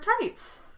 tights